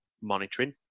monitoring